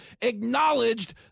acknowledged